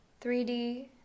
3D